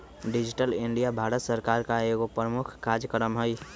digital India Bharat सरकार का एगो प्रमुख काजक्रम हइ